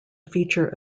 feature